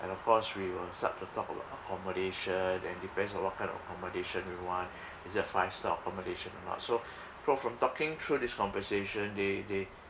and of course we will start to talk about accommodation and depends on what kind of accommodation we want is it a five star accommodation or not so from talking through this conversation they they